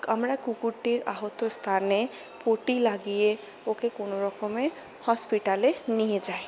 আমরা কুকুরটির আহত স্থানে পট্টি লাগিয়ে ওকে কোনও রকমে হসপিটালে নিয়ে যাই